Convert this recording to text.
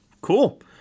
cool